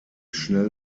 schnell